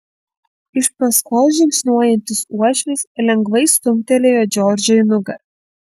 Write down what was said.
iš paskos žingsniuojantis uošvis lengvai stumtelėjo džordžą į nugarą